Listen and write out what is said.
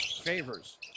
Favors